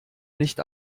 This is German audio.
nicht